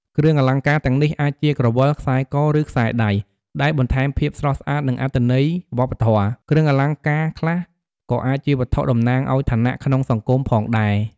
គ្រឿងអលង្ការទាំងនេះអាចជាក្រវិល ខ្សែក ឬខ្សែដៃ ដែលបន្ថែមភាពស្រស់ស្អាត និងអត្ថន័យវប្បធម៌។ គ្រឿងអលង្ការខ្លះក៏អាចជាវត្ថុតំណាងឲ្យឋានៈក្នុងសង្គមផងដែរ។